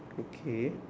okay